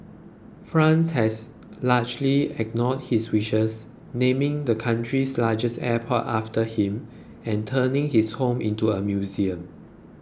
France has largely ignored his wishes naming the country's largest airport after him and turning his home into a museum